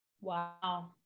wow